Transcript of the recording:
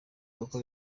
kuko